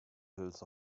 hills